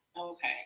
Okay